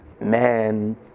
man